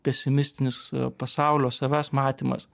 pesimistinis pasaulio savęs matymas